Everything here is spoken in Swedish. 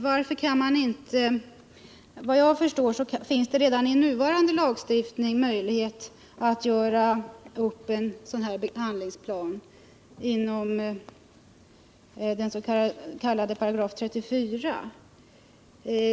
Herr talman! Vad jag förstår så finns det redan i nuvarande lagstiftning möjlighet att göra upp en sådan här behandlingsplan inom 34 §.